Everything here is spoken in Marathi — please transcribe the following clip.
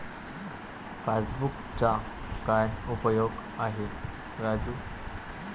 पासबुकचा काय उपयोग आहे राजू?